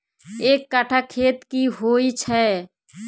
एक कट्ठा खेत की होइ छै?